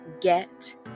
get